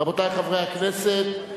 רבותי חברי הכנסת,